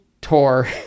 tour